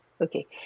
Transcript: okay